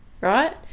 right